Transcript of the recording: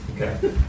Okay